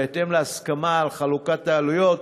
בהתאם להסכמה על חלוקת העלויות,